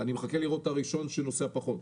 אני מחכה לראות את הראשון שנוסע פחות.